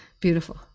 beautiful